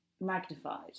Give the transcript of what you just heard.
magnified